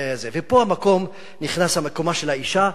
ופה נכנס מקומה של האשה,